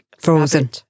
frozen